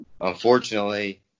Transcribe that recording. unfortunately